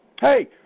Hey